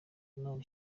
imana